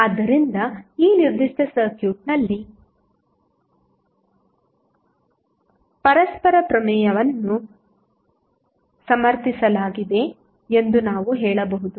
ಆದ್ದರಿಂದ ಈ ನಿರ್ದಿಷ್ಟ ಸರ್ಕ್ಯೂಟ್ನಲ್ಲಿ ಪರಸ್ಪರ ಪ್ರಮೇಯವನ್ನು ಸಮರ್ಥಿಸಲಾಗಿದೆ ಎಂದು ನಾವು ಹೇಳಬಹುದು